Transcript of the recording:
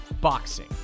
boxing